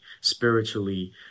spiritually